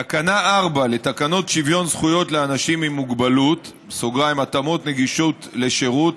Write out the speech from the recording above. תקנה 4 לתקנות שוויון זכויות לאנשים עם מוגבלות (התאמות נגישות לשירות),